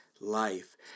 life